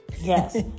Yes